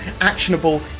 actionable